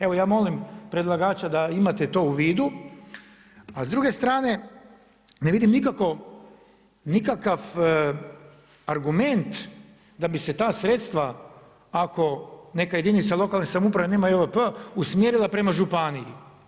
Evo ja molim predlagača da imate to u vidu, a s druge strane ne vidim nikakav argument da bi se ta sredstva ako neka jedinica lokalne samouprave nema JVP usmjerila prema županiji.